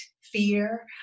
fear